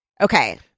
Okay